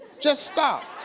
just stop.